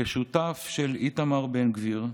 כשותף של איתמר בן גביר,